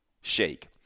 shake